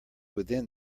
within